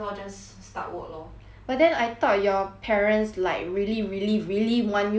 but then I thought your parents like really really really want you to go to university